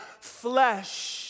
flesh